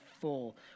full